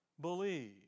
believe